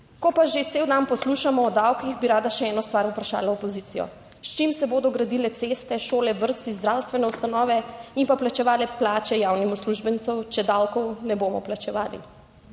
Ko pa že cel dan poslušamo o davkih, bi rada še eno stvar vprašala opozicijo: S čim se bodo gradile ceste, šole, vrtci, zdravstvene ustanove in pa plačevale plače javnim uslužbencem, če davkov ne bomo plačevali?